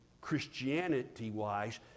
Christianity-wise